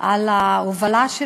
על ההובלה של